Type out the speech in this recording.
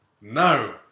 no